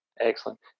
Excellent